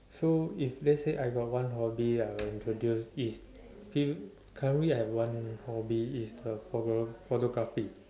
so if let's say I got one hobby I will introduce is still currently I have one hobby is the photo~ photography